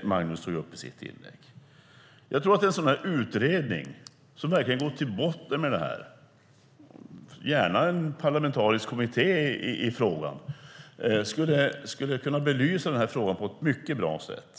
som Magnus tog upp i sitt inlägg. En utredning som verkligen gick till botten med frågan, gärna en parlamentarisk kommitté, skulle kunna belysa den på ett mycket bra sätt.